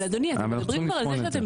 אבל אדוני אתם מדברים פה על זה שאתם